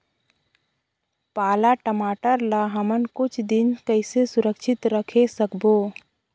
पाला टमाटर ला हमन कुछ दिन कइसे सुरक्षित रखे सकबो?